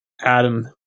Adam